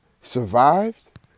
survived